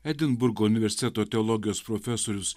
edinburgo universiteto teologijos profesorius